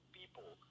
people